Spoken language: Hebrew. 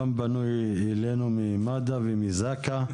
גם פנו אלינו ממד"א ומזק"א,